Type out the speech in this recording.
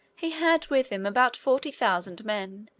he had with him about forty thousand men,